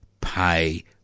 pay